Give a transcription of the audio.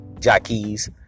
jockeys